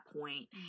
point